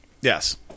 Yes